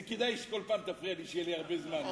זה כדאי לי שכל פעם תפריע לי, שיהיה לי הרבה זמן.